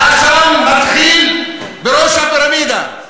האשם מתחיל בראש הפירמידה,